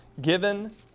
given